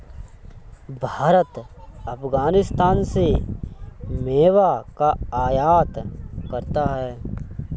भारत अफगानिस्तान से मेवा का आयात करता है